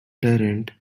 trent